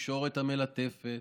התקשורת המלטפת